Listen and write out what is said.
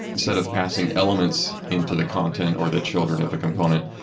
instead of passing elements into the content, or the children of a component,